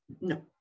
No